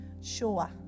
Sure